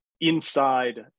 inside